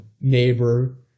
neighbor